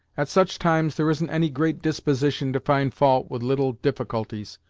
at such times, there isn't any great disposition to find fault with little difficulties,